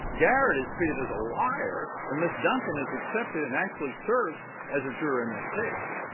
garrett is treated as a liar, and ms. duncan is accepted and actually serves as a juror in this case.